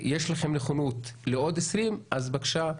יש לכם נכונות לעוד 20 אז בבקשה,